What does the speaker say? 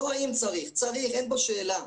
לא האם צריך צריך, אין פה שאלה,